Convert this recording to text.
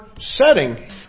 Setting